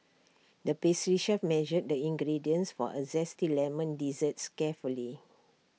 the pastry chef measured the ingredients for A Zesty Lemon Dessert carefully